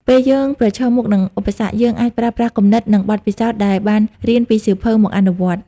ពេលយើងប្រឈមមុខនឹងឧបសគ្គ យើងអាចប្រើប្រាស់គំនិត និងបទពិសោធន៍ដែលបានរៀនពីសៀវភៅមកអនុវត្ត។